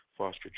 Foster